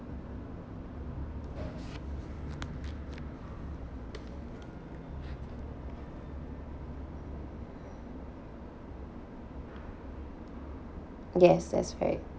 yes that's correct